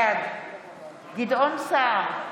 בעד גדעון סער,